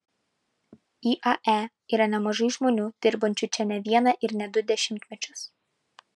iae yra nemažai žmonių dirbančių čia ne vieną ir ne du dešimtmečius